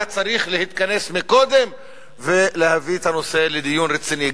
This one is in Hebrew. היה צריך להתכנס קודם ולהביא את הנושא לדיון רציני,